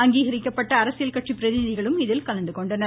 அங்கீகரிக்கப்பட்ட அரசியல் கட்சி பிரதிநிதிகளும் இதில் கலந்துகொண்டனர்